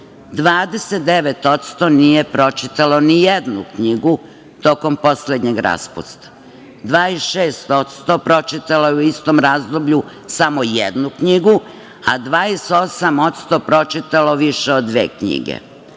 29% nije pročitalo ni jednu knjigu tokom poslednjeg raspusta, 26% pročitalo je u istom razdoblju samo jednu knjigu, a 28% pročitalo više od dve knjige.